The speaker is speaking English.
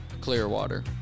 Clearwater